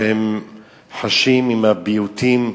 שחשים את הביעותים,